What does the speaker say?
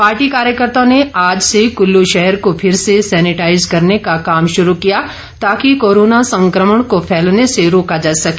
party कार्यकर्ताओं ने आज से कुल्लू शहर को फिर से सैनिटाईज करने का काम शुरू किया ताकि कोरोना संक्रमण को फैलने से रोक जा सके